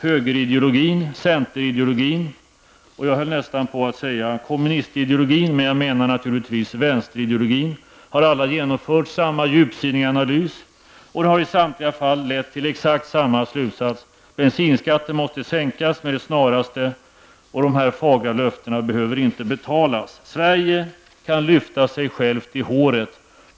Högerideologin, centerideologin och, jag höll nästan på att säga kommunistideologin, men jag menar naturligtvis vänsterideologin har alla genomfört samma djupsinniga analys. Den har i samtliga fall lett till exakt samma slutsats, nämligen att bensinskatten måste sänkas med det snaraste och att dessa fagra löften inte behöver betalas. Sverige kan lyfta sig självt i håret.